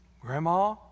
Grandma